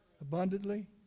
abundantly